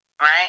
right